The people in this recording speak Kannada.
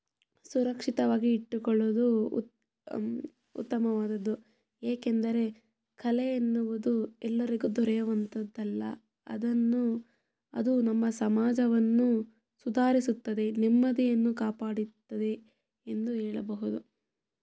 ಸುರಕ್ಷಿತವಾಗಿ ಇಟ್ಟುಕೊಳ್ಳೋದು ಉತ್ ಉತ್ತಮವಾದದ್ದು ಏಕೆಂದರೆ ಕಲೆ ಎನ್ನುವುದು ಎಲ್ಲರಿಗೂ ದೊರೆಯುವಂಥದ್ದಲ್ಲ ಅದನ್ನು ಅದು ನಮ್ಮ ಸಮಾಜವನ್ನು ಸುಧಾರಿಸುತ್ತದೆ ನೆಮ್ಮದಿಯನ್ನು ಕಾಪಾಡುತ್ತದೆ ಎಂದು ಹೇಳಬಹುದು